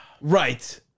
Right